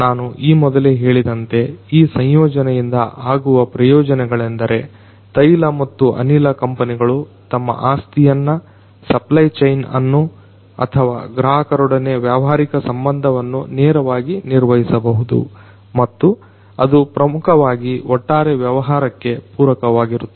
ನಾನು ಈ ಮೊದಲೆ ಹೇಳಿದಂತೆ ಈ ಸಂಯೋಜನೆಯಿಂದ ಆಗುವ ಪ್ರಯೋಜಗಳೆಂದರೆ ತೈಲ ಮತ್ತು ಅನಿಲ ಕಂಪನಿಗಳು ತಮ್ಮ ಆಸ್ತಿಯನ್ನ ಸಪ್ಲೈ ಚೈನ್ ಅನ್ನು ಅಥವಾ ಗ್ರಾಹಕರೊಡನೆ ವ್ಯಾವಹಾರಿಕ ಸಂಬಂಧವನ್ನು ನೇರವಾಗಿ ನಿರ್ವಹಿಸಬಹುದು ಮತ್ತು ಅದು ಪ್ರಮುಖವಾಗಿ ಒಟ್ಟಾರೆ ವ್ಯವಹಾರಕ್ಕೆ ಪೂರಕವಾಗಿರುತ್ತದೆ